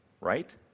Right